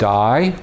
die